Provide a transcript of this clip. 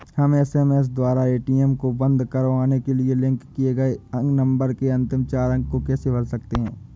हम एस.एम.एस द्वारा ए.टी.एम को बंद करवाने के लिए लिंक किए गए नंबर के अंतिम चार अंक को कैसे भर सकते हैं?